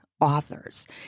authors